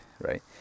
right